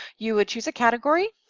you would choose a category,